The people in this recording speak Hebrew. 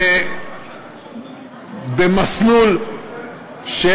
במסלול של